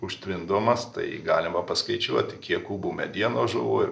užtvindomas tai galima paskaičiuoti kiek kubų medienos žuvo ir